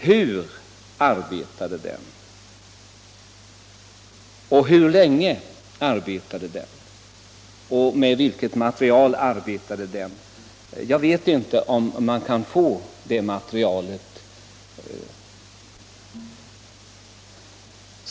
Hur arbetade den, hur länge arbetade den och med vilket material arbetade den? Jag vet inte om man kan få fram det materialet.